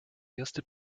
erste